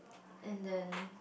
and then